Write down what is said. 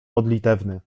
modlitewny